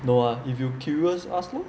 no ah if you curious ask lor